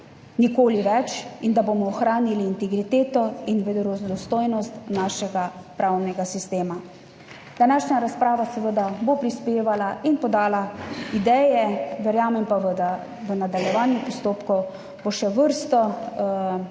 nikoli več in da bomo ohranili integriteto ter verodostojnost našega pravnega sistema. Današnja razprava bo prispevala in podala ideje, verjamem pa, da bo v nadaljevanju postopkov še vrsta